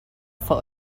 for